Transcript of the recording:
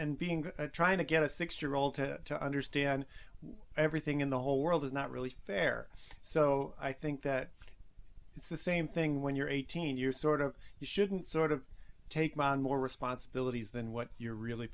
being trying to get a six year old to understand everything in the whole world is not really fair so i think that it's the same thing when you're eighteen you sort of you shouldn't sort of take on more responsibilities than what you're really